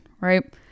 right